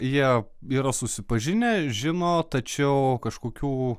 jie yra susipažinę žino tačiau kažkokių